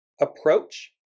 approach